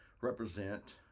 represent